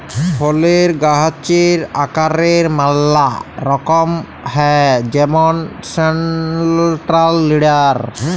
ফলের গাহাচের আকারের ম্যালা রকম হ্যয় যেমল সেলট্রাল লিডার